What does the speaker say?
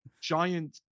giant